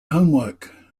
homework